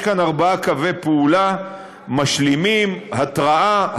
יש כאן ארבעה קווי פעולה משלימים: התרעה,